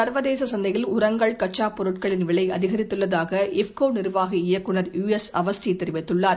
சர்வதேச சந்தையில் உரங்கள் கச்சா பொருட்களின் விலை அதிகரித்தள்ளதாக இப்கோ நிர்வாக இயக்குநர் யூ எஸ் அவஸ்தி தெரிவித்துள்ளார்